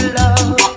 love